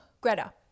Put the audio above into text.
greta